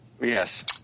yes